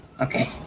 Okay